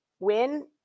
win